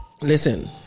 Listen